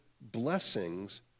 blessings